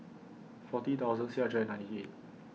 forty thousand six hundred and ninety eight